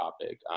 topic